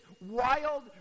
wild